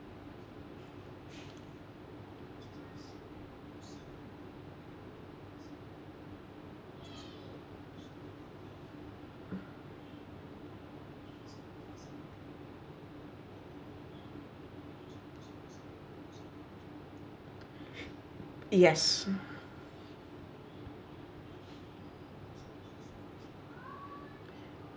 yes